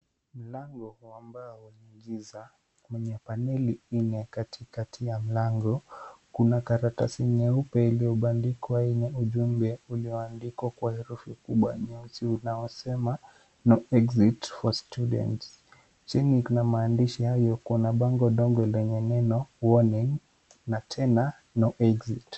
Mlango wa mbao wa giza, mwenye paneli imekatika. Katika mlango, kuna karatasi nyeupe iliyobandikwa yenye ujumbe ulioandikwa kwa herufi kubwa nyeusi unaosema no exit for students . Chini kuna maandishi hayo, kuna bango ndogo yenye maneno warning na tena no exit .